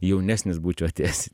jaunesnis būčiau atėjęs į